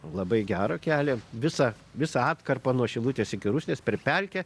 labai gerą kelią visą visą atkarpą nuo šilutės iki rusnės per pelkę